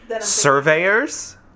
Surveyors